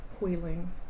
wheeling